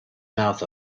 mouth